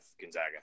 Gonzaga